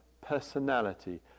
personality